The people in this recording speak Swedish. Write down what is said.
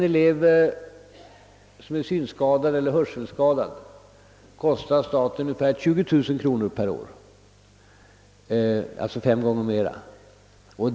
För en synskadad eller hörselskadad elev är driftkostnaden ungefär 20 000 kronor per år, alltså fem gånger mera.